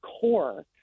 core